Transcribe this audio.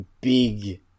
big